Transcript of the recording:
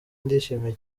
ndishimye